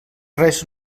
res